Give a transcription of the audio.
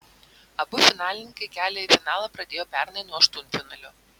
abu finalininkai kelią į finalą pradėjo pernai nuo aštuntfinalio